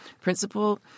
principal